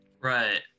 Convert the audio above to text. Right